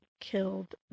killed